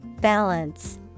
Balance